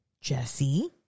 Jesse